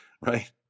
right